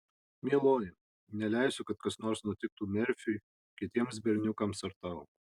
mieloji neleisiu kad kas nors nutiktų merfiui kitiems berniukams ar tau